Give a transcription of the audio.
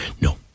No